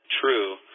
true